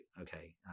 Okay